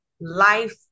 life